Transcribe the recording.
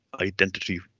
identity